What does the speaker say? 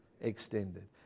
extended